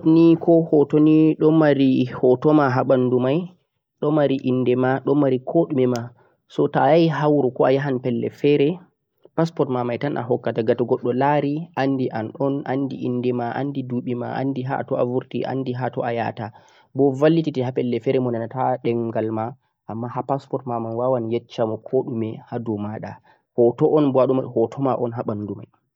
passport ni ko hoto ni do mari hoto ma ha bandu mai do mari inde ma do mari ko dhume ma so to ayahi ha wuro ko ayahan pellel fere passprt ma mai tan a hokkata gam to goddo lari andi an'on andi inde ma andi dubi ma andi hatoi a vurti andi hatoi a yahata boh vallititte ha pellel fere mo nanata dhemghal ma amma ha passport ma mai wawan yecchamo kodhume ha do mada hoto on boh a do hoto ma on boh ha bandu mai